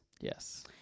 Yes